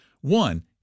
one